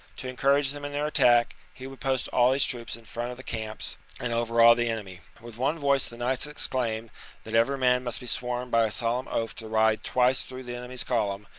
to encourage them in their attack, he would post all his troops in front of the camps and overawe the enemy. with one voice the knights exclaimed that every man must be sworn by a solemn oath to ride twice through the enemy's column,